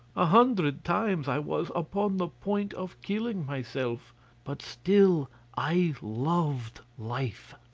a hundred times i was upon the point of killing myself but still i loved life.